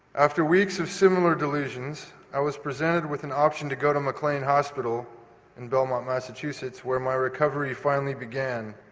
after weeks of similar delusions i was presented with an option to go to maclean hospital in belmont, massachusetts, where my recovery finally began.